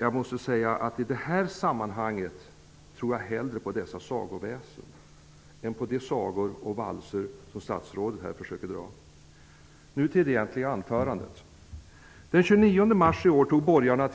Jag måste säga att jag i detta sammanhang hellre tror på dessa sagoväsen än på de valser som statsrådet försöker dra. Nu skall jag gå över till mitt egentliga anförande.